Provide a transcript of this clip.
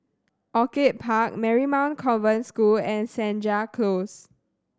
Orchid Park Marymount Convent School and Senja Close